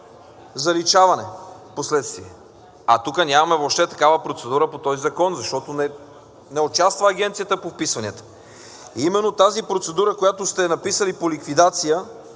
заличаване впоследствие. А тук нямаме въобще такава процедура по този закон, защото не участва Агенцията по вписванията. Именно тази процедура, която сте написали, по ликвидация,